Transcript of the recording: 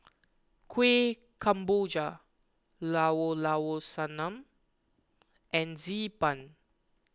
Kuih Kemboja Llao Llao Sanum and Xi Ban